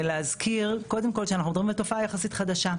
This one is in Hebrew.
להזכיר קודם כל שאנחנו מדברים על תופעה יחסית חדשה.